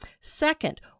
Second